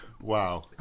Wow